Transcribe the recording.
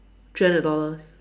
three hundred dollars